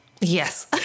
Yes